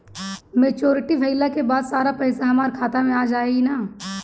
Maturity भईला के बाद सारा पईसा हमार खाता मे आ जाई न?